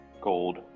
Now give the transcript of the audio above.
gold